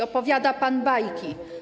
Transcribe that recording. Opowiada pan bajki.